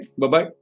bye-bye